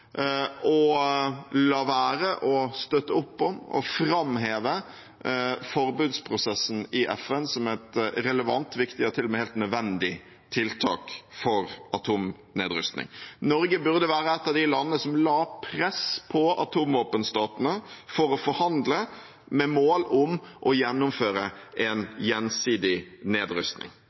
la være å støtte opp om og framheve forbudsprosessen i FN som et relevant, viktig og til og med helt nødvendig tiltak for atomnedrustning. Norge burde være et av de landene som la press på atomvåpenstatene for å forhandle, med mål om å gjennomføre en gjensidig nedrustning.